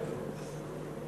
אני